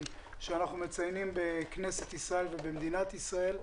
שאנחנו מציינים בכנסת ישראל ובמדינת ישראל.